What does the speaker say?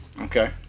okay